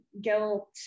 guilt